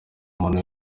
umuntu